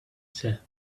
said